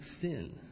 sin